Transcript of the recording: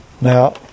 now